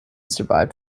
survived